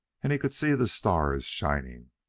and he could see the stars shining.